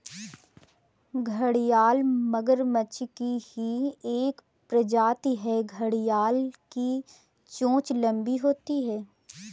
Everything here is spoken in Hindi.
घड़ियाल मगरमच्छ की ही एक प्रजाति है घड़ियाल की चोंच लंबी होती है